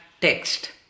text